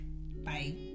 Bye